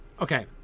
Okay